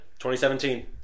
2017